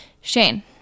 Shane